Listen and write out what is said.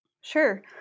Sure